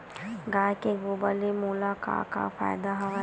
गाय के गोबर ले मोला का का फ़ायदा हवय?